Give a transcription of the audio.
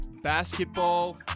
basketball